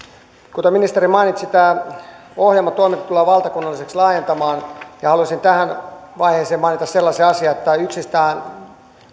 kuten ministeri mainitsi tämä ohjaamo toiminta tullaan valtakunnalliseksi laajentamaan ja haluaisin tähän vaiheeseen mainita sellaisen asian että yksistään